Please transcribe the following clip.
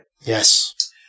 yes